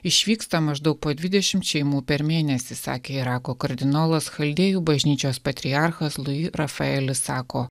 išvyksta maždaug po dvidešimt šeimų per mėnesį sakė irako kardinolas chaldėjų bažnyčios patriarchas lui rafaelis sako